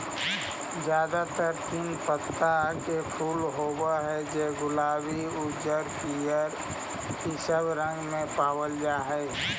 जादेतर तीन पत्ता के फूल होब हई जे गुलाबी उज्जर पीअर ईसब रंगबन में पाबल जा हई